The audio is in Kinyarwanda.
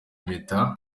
impeta